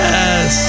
Yes